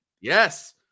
yes